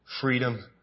freedom